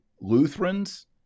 Lutherans